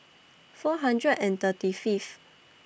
four hundred and thirty Fifth